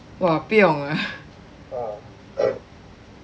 !wah! 不用 ah